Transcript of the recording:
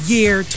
Year